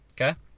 Okay